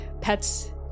pets